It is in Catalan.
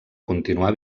continuar